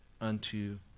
unto